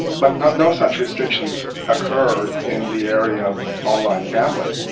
but no such restrictions occur in the area of online gambling.